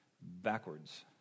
backwards